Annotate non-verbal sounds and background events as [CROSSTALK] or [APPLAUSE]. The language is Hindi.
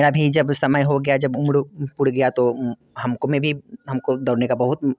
मेरा भी जब समय हो गया जब उम्र [UNINTELLIGIBLE] गया तो हम को में भी हम को दौड़ने का बहुत